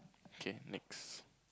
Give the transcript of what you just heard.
okay next